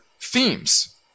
Themes